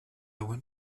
want